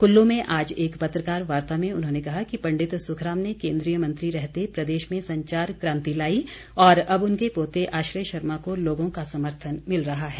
कुल्लू में आज एक पत्रकार वार्ता में उन्होंने कहा कि पंडित सुखराम ने केन्द्रीय मंत्री रहते प्रदेश में संचार क्रांति लाई और अब उनके पोते आश्रय शर्मा को लोगों का समर्थन मिल रहा है